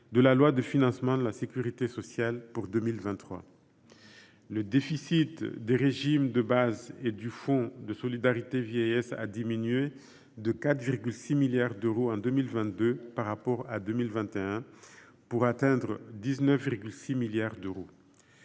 la loi de financement de la sécurité sociale pour 2023. Le déficit des régimes de base et du Fonds de solidarité vieillesse a diminué de 4,6 milliards d’euros en 2022 par rapport à 2021, pour atteindre 19,6 milliards d’euros.